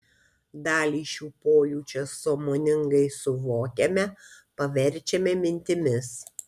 dalį šių pojūčių sąmoningai suvokiame paverčiame mintimis